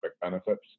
benefits